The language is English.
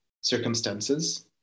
circumstances